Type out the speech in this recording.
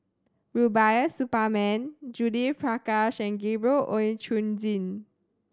Rubiah Suparman Judith Prakash and Gabriel Oon Chong Jin